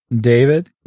David